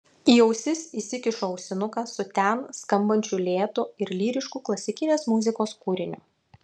į ausis įsikišu ausinuką su ten skambančių lėtu ir lyrišku klasikinės muzikos kūriniu